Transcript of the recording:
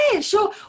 sure